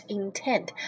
intent